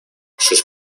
sus